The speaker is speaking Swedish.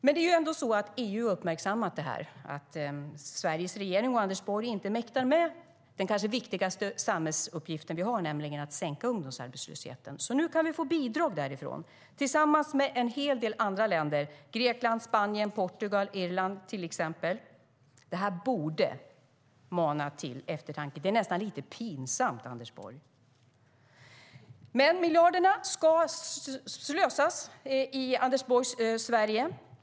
EU har uppmärksammat att Sveriges regering och Anders Borg inte mäktar med den viktigaste samhällsuppgiften vi har, nämligen att sänka ungdomsarbetslösheten. Nu kan vi få bidrag från EU. Tillsammans med en hel del andra länder, till exempel Grekland, Spanien, Portugal och Irland. Det borde mana till eftertanke. Det är nästan lite pinsamt, Anders Borg. Men miljarderna ska slösas i Anders Borgs Sverige.